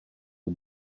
the